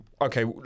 Okay